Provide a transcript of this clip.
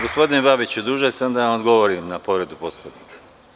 Gospodine Babiću, dužan sam da vam odgovorim na povredu Poslovnika.